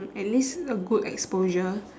at least a good exposure